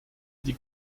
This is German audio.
die